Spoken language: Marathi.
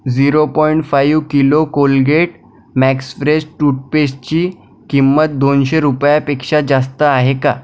zero point five kilo Colgate Max Fresh टूथपेस्टची किंमत दोनशे रुपयापेक्षा जास्त आहे का